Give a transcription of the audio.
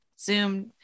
Zoom